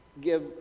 give